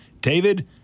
David